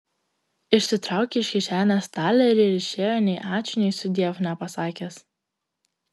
išsitraukė iš kišenės talerį ir išėjo nei ačiū nei sudiev nepasakęs